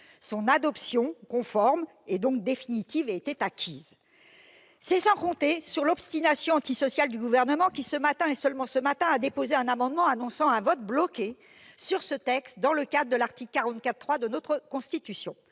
Son adoption conforme et donc définitive était acquise. C'était sans compter l'obstination antisociale du Gouvernement, qui, ce matin et ce matin seulement, a déposé un amendement en annonçant un vote bloqué sur ce texte, dans le cadre de l'article 44, alinéa 3, de la Constitution.